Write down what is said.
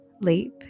leap